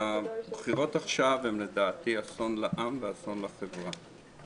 הבחירות עכשיו הן, לדעתי, אסון לעם ואסון לחברה.